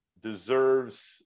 deserves